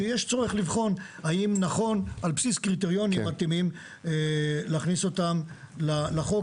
שיש צורך לבחון האם נכון על בסיס קריטריונים מתאימים להכניס אותם לחוק,